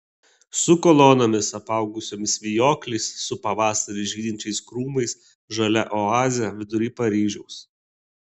su kolonomis apaugusiomis vijokliais su pavasarį žydinčiais krūmais žalia oazė vidury paryžiaus